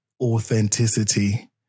authenticity